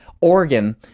Oregon